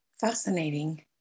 Fascinating